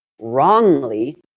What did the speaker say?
wrongly